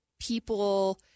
people